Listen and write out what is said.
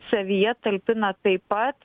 savyje talpina taip pat